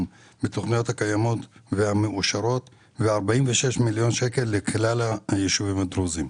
בתכניות הקיימות והמאושרות ו-46 מיליון שקלים לכלל היישובים הדרוזים.